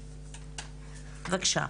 בבקשה.